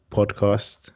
Podcast